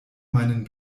meinen